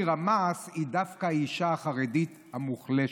המס היא דווקא האישה החרדית המוחלשת".